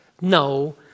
No